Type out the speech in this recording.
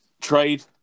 Trade